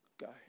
go